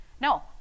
no